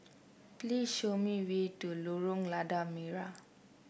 please show me way to Lorong Lada Merah